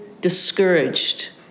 discouraged